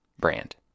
brand